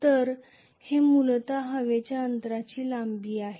तर हे मूलत हवेच्या अंतराची लांबी आहे